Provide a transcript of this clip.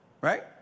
Right